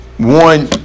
One